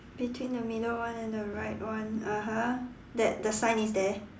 between the middle one and the right one (uh huh) that the sign is there